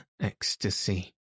ecstasy